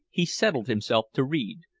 he settled himself to read,